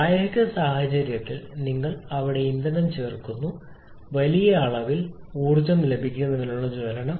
പ്രായോഗിക സാഹചര്യത്തിൽ നിങ്ങൾ അവിടെ ഇന്ധനം ചേർക്കുന്നു വലിയ അളവിൽ ഊർജ്ജം ലഭിക്കുന്നതിനുള്ള ജ്വലനം